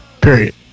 period